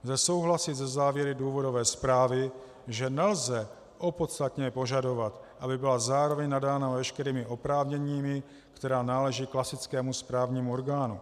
Lze souhlasit se závěry důvodové zprávy, že nelze opodstatněně požadovat, aby byla zároveň nadána veškerými oprávněními, která náleží klasickému správnímu orgánu.